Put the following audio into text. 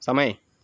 સમય